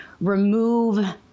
remove